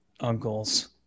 uncles